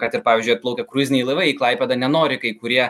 kad ir pavyzdžiui atplaukia kruiziniai laivai į klaipėdą nenori kai kurie